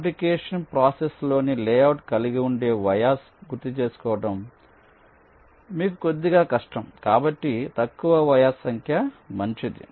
fabrication ప్రాసెస్లోని layout కలిగివుండే vias గుర్తు పెట్టుకోవడం మీకు కొద్దిగా కష్టం కాబట్టి తక్కువ వయాస్ సంఖ్య మంచిది